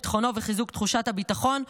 ביטחונו וחיזוק תחושת הביטחון.